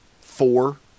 four